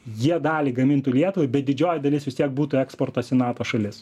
jie dalį gamintų lietuvai bet didžioji dalis vis tiek būtų eksportas į nato šalis